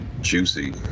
juicy